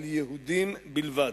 על יהודים בלבד.